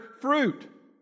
fruit